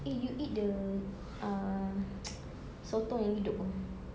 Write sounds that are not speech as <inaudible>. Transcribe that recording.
eh you eat the uh <noise> sotong yang hidup itu